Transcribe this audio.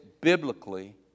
biblically